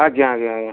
ଆଜ୍ଞା ଆଜ୍ଞା ଆଜ୍ଞା